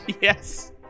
Yes